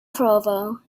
provo